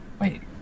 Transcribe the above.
Wait